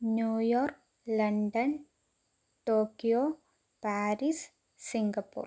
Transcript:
New York London Tokyo Paris Singapore